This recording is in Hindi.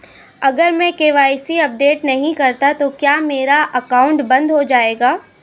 अगर मैं के.वाई.सी अपडेट नहीं करता तो क्या मेरा अकाउंट बंद हो जाएगा?